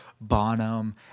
Bonham